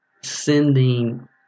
sending